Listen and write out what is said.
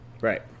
Right